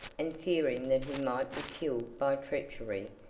and fearing that he might be killed by treachery,